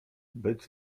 być